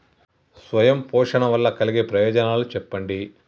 స్వయం పోషణ వల్ల కలిగే ప్రయోజనాలు చెప్పండి?